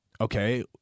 okay